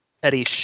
petty